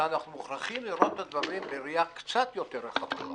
אבל אנחנו מוכרחים לראות את הדברים בראייה קצת יותר רחבה,